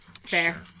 fair